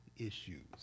issues